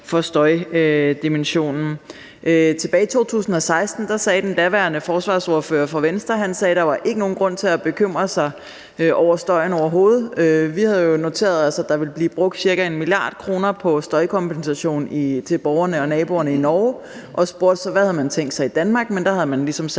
for støjdimensionen. Tilbage i 2016 sagde den daværende forsvarsordfører for Venstre, at der overhovedet ikke var nogen grund til at bekymre sig over støjen. Vi havde jo noteret os, at i Norge ville der blive brugt ca. 1 mia. kr. på støjkompensation til borgerne og naboerne, og vi spurgte så, hvad man havde tænkt sig i Danmark. Der havde man ligesom sat